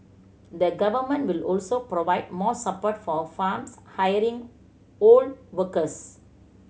the Government will also provide more support for farms hiring old workers